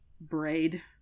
braid